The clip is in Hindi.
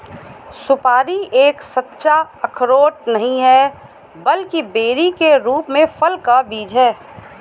सुपारी एक सच्चा अखरोट नहीं है, बल्कि बेरी के रूप में फल का बीज है